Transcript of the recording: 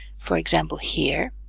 for example here,